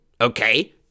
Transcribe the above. Okay